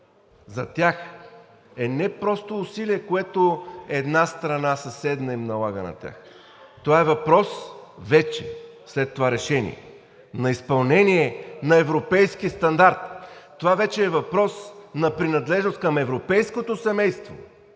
за тях е не просто усилие, което една страна – съседна, им налага на тях. Това е въпрос вече, след това решение, на изпълнение на европейски стандарт. Това вече е въпрос на принадлежност към европейското семейство